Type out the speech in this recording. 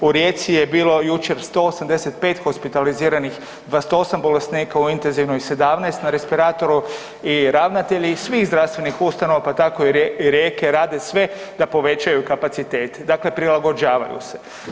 U Rijeci je bilo jučer 185 hospitaliziranih, 28 bolesnika u intenzivnoj, 17 na respiratoru i ravnatelji svi zdravstvenih ustanova, pa tako Rijeke rade sve da povećaju kapacitete, dakle prilagođavaju se.